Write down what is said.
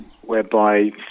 whereby